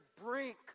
brink